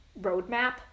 roadmap